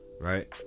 right